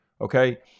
okay